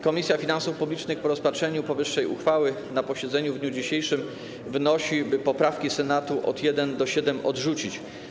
Komisja Finansów Publicznych po rozpatrzeniu powyższej uchwały na posiedzeniu w dniu dzisiejszym wnosi, by poprawki Senatu od 1. do 7. odrzucić.